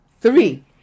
three